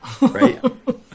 right